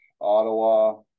Ottawa